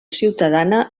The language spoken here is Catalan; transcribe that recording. ciutadana